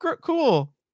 cool